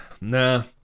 nah